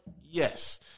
Yes